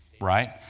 right